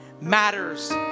matters